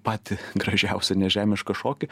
patį gražiausią nežemišką šokį